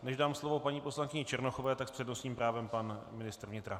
Než dám slovo paní poslankyni Černochové tak s přednostním právem pan ministr vnitra.